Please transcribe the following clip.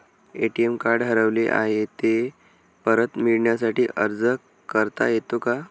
ATM card हरवले आहे, ते परत मिळण्यासाठी अर्ज करता येतो का?